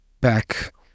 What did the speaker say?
back